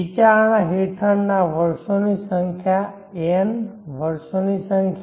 વિચારણા હેઠળના વર્ષોની સંખ્યા n વર્ષોની સંખ્યા